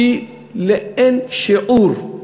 היא לאין שיעור.